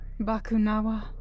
Bakunawa